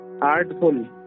Artful